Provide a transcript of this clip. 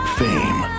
fame